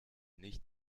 nicht